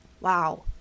Wow